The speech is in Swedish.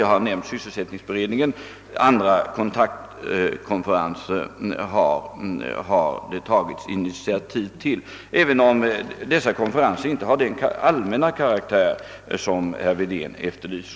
Jag har nämnt sysselsättningsberedningen, men också andra kontaktkonferenser har det tagits initiativ till, även om dessa konferenser inte har den allmänna karaktär som herr Wedén efterlyser.